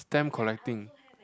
stamp collecting